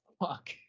Fuck